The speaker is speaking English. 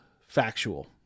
factual